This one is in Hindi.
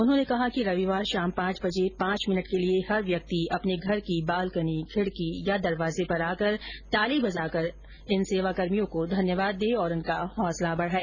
उन्होंने कहा कि रविवार शाम पांच बजे पांच मिनट के लिए हर व्यक्ति अपने घर की बालकनी खिडकी या दरवाजे पर आकर ताली बजाकर इन सेवाकर्मियों को धन्यवाद दे और इनका हौसला बढाए